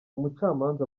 umucamanza